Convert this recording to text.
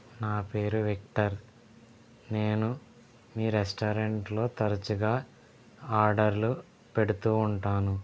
నా పేరు విక్టర్ నేను మీ రెస్టారెంట్లో తరచుగా ఆర్డర్లు పెడుతు ఉంటాను